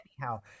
anyhow